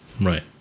Right